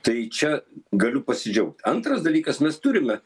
tai čia galiu pasidžiaugt antras dalykas mes turime